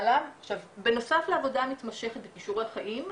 בנוסף לעבודה המתמשכת בכישורי חיים,